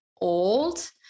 old